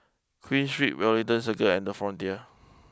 Queen Street Wellington Circle and the Frontier